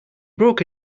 broke